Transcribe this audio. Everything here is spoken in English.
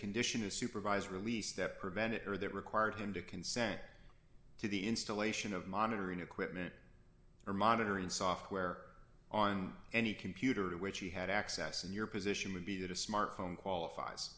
condition a supervised release that prevented or that required him to consent to the installation of monitoring equipment or monitoring software on any computer which he had access and your position would be that a smartphone qualifies